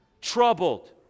Troubled